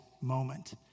moment